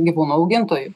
gyvūnų augintojų